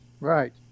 Right